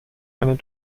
eine